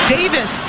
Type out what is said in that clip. Davis